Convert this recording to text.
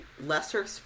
lesser